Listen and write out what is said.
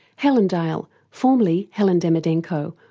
helen dale, formerly helen demidenko,